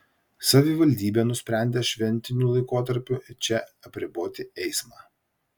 savivaldybė nusprendė šventiniu laikotarpiu čia apriboti eismą